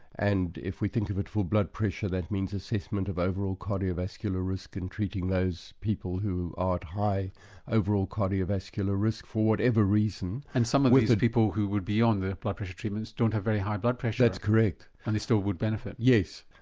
and if we think of it for blood pressure, that means assessment of overall cardiovascular risk in treating those people who are at high overall cardiovascular risk, for whatever reason. and some ah of these people, who would be on their blood pressure treatments, don't have very high blood pressure. that's correct. and they still would benefit? yes.